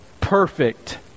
Perfect